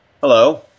hello